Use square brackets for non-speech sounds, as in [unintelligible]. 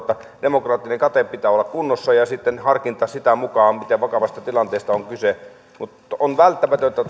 että demokraattisen katteen pitää olla kunnossa ja sitten on harkinta sen mukaan miten vakavasta tilanteesta on kyse mutta on välttämätöntä [unintelligible]